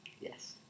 Yes